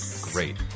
Great